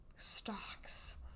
Stocks